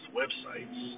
websites